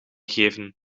geven